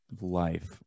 life